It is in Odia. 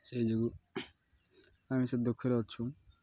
ସେଇ ଯୋଗୁଁ ଆମେ ସବୁ ଦୁଃଖରେ ଅଛୁ